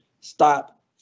stop